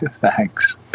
Thanks